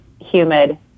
humid